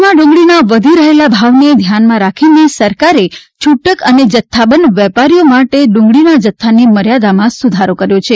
દેશમાં ડુંગળીના વધી રહેલા ભાવને ધ્યાનમાં રાખીને સરકારે છુટક અને જથ્થાબંધ વેપારીઓ માટે ડુંગળીના જથ્થાની મર્યાદામાં સુધારો કર્યો છે